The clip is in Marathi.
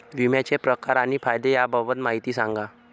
विम्याचे प्रकार आणि फायदे याबाबत माहिती सांगा